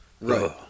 Right